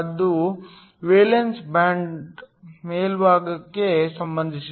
ಇದು ವೇಲೆನ್ಸಿ ಬ್ಯಾಂಡ್ನ ಮೇಲ್ಭಾಗಕ್ಕೆ ಸಂಬಂಧಿಸಿದೆ